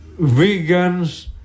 vegans